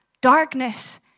darkness